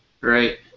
right